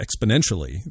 exponentially